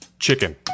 Chicken